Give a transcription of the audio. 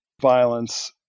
violence